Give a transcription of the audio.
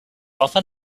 often